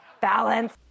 Balance